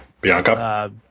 Bianca